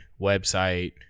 website